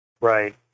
Right